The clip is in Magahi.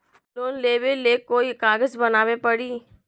लोन लेबे ले कोई कागज बनाने परी?